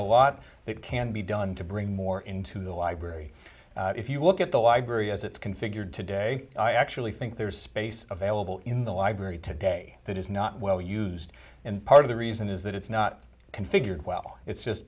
a lot that can be done to bring more into the library if you look at the library as it's configured today i actually think there is space available in the library today that is not well used and part of the reason is that it's not configured well it's just